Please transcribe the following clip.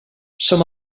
som